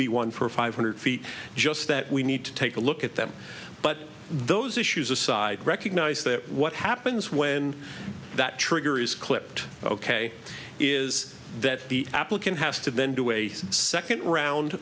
be one for five hundred feet just that we need to take a look at them but those issues aside recognize that what happens when that trigger is clipped ok is that the applicant has to then do a second round